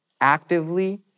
actively